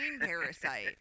parasite